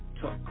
talk